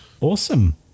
Awesome